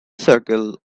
circle